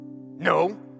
No